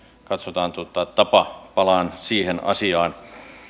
katsotaan sitten tapa palaan siihen asiaan